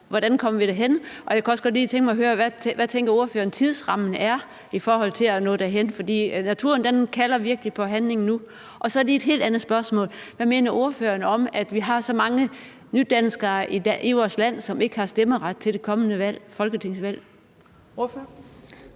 hvordan vi kommer derhen. Og jeg kunne også godt lige tænke mig at høre, hvad ordføreren tænker tidsrammen er i forhold til at nå derhen, for naturen kalder virkelig på handling nu. Så har jeg lige et helt andet spørgsmål: Hvad mener ordføreren om, at vi har så mange nydanskere i vores land, som ikke har stemmeret til det kommende folketingsvalg?